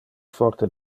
forte